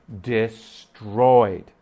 destroyed